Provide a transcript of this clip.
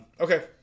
okay